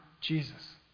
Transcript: Jesus